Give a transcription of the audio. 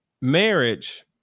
marriage